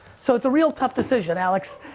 so it's a real tough decision, alex.